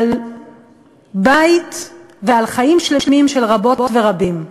על בית ועל חיים שלמים של רבות ורבים.